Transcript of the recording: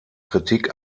kritik